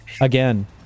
again